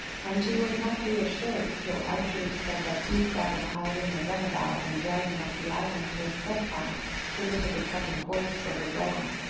and she was not reassured till archer said that he thought of hiring a run-about and driving up the island to a stud-farm to look at a second horse for her brougham.